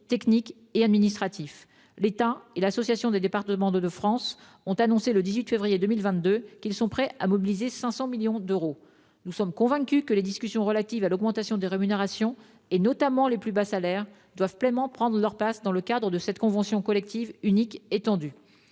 techniques et administratifs. L'État et l'Assemblée des départements de France ont annoncé, le 18 février 2022, qu'ils étaient prêts à mobiliser 500 millions d'euros pour faire aboutir ces travaux. Nous sommes convaincus que les discussions relatives à l'augmentation des rémunérations, notamment les plus bas salaires, doivent pleinement prendre leur place dans le cadre cette convention collective unique étendue.